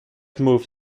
moved